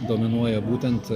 dominuoja būtent